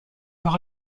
par